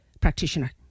practitioner